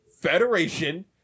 Federation